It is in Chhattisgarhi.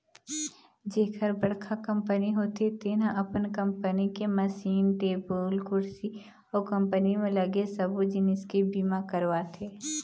जेखर बड़का कंपनी होथे तेन ह अपन कंपनी के मसीन, टेबुल कुरसी अउ कंपनी म लगे सबो जिनिस के बीमा करवाथे